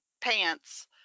pants